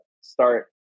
start